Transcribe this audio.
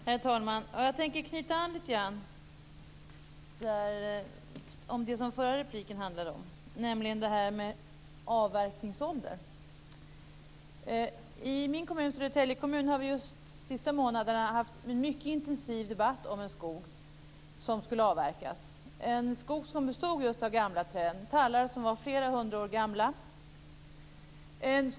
Herr talman! Jag tänker knyta an lite grann till det som förra repliken handlade om, nämligen det här med avverkningsålder. I min hemkommun, Södertälje kommun, har vi de senaste månaderna haft en mycket intensiv debatt om en skog som skulle avverkas. Det är en skog som består av just gamla träd - tallar som är flera hundra år gamla.